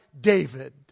David